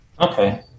Okay